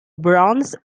bronze